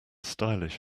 stylish